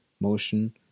motion